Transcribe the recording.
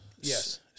Yes